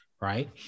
right